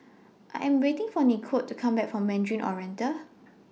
I Am waiting For Nikole to Come Back from Mandarin Oriental